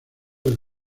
del